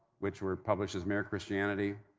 which were published as imere christianity